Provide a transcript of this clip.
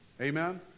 Amen